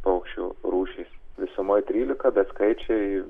paukščių rūšys visumoj trylika bet skaičiai